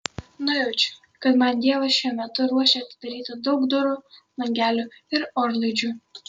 nujaučiu kad man dievas šiuo metu ruošia atidaryti daug durų langelių ir orlaidžių